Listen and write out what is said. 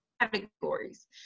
Categories